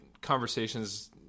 conversations